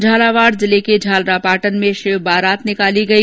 झालावाड़ जिले झालरापाटन में शिव बारात निकाली गई